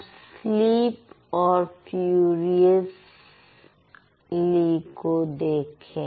अब स्लीप और फ्यूरियसली को देखें